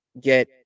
get